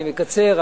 אני מקצר,